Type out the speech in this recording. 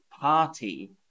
party